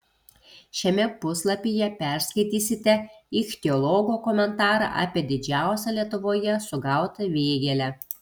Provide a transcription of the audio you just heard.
šiame puslapyje perskaitysite ichtiologo komentarą apie didžiausią lietuvoje sugautą vėgėlę